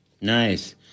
Nice